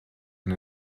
and